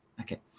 okay